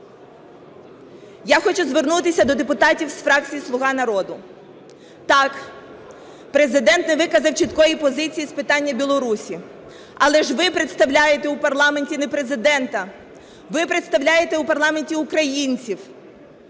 Я хочу звернутися до депутатів з фракції "Слуга народу". Так, Президент не виказав чіткої позиції з питання Білорусі. Але ж ви представляєте у парламенті не Президента, ви представляєте у парламенті українців.